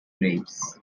grapes